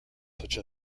such